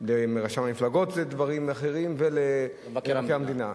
לרשם המפלגות זה דברים אחרים ולמבקר המדינה.